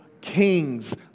kings